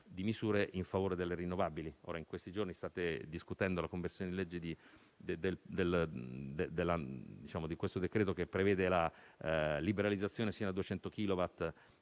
di misure in favore delle rinnovabili. In questi giorni state discutendo la conversione in legge del provvedimento che prevede la liberalizzazione sino a 200 chilowatt,